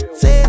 say